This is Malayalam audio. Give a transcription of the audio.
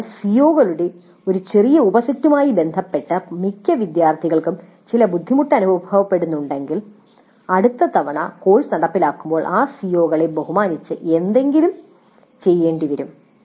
അതിനാൽ സിഒകളുടെ ഒരു ചെറിയ ഉപസെറ്റുമായി ബന്ധപ്പെട്ട് മിക്ക വിദ്യാർത്ഥികൾക്കും ചില ബുദ്ധിമുട്ടുകൾ അനുഭവപ്പെടുന്നുണ്ടെങ്കിൽ അടുത്ത തവണ കോഴ്സ് നടപ്പിലാക്കുമ്പോൾ ആ സിഒകളെ ബഹുമാനിച്ച് എന്തെങ്കിലും ചെയ്യേണ്ടി വരും